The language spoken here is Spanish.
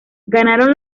ganaron